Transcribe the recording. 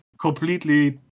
completely